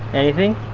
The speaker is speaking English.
anything?